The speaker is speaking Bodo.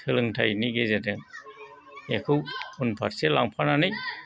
सोलोंथाइनि गेजेरजों बेखौ उनफारसे लांफानानै